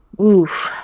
Oof